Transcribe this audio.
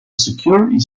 security